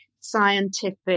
scientific